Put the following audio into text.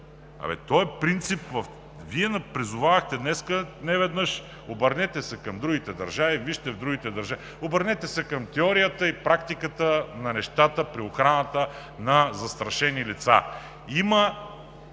Вие днес ни призовавахте неведнъж: обърнете се към другите държави, вижте в другите държави, обърнете се към теорията и практиката на нещата при охраната на застрашени лица. Има